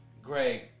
Greg